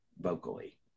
vocally